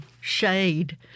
shade